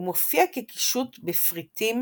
הוא מופיע כקישוט בפריטים